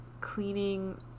cleaning